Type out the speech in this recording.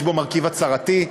יש בו מרכיב הצהרתי.